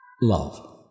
love